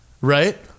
right